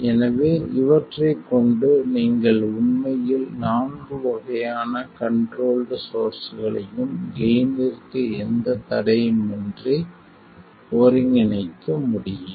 எனவே இவற்றைக் கொண்டு நீங்கள் உண்மையில் நான்கு வகையான கண்ட்ரோல்ட் சோர்ஸ்களையும் கெய்னிற்கு எந்தத் தடையுமின்றி ஒருங்கிணைக்க முடியும்